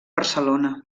barcelona